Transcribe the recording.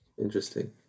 Interesting